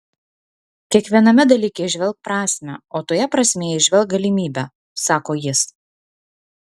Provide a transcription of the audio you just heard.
kiekviename dalyke įžvelk prasmę o toje prasmėje įžvelk galimybę sako jis